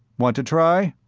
want to try?